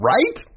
Right